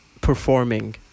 performing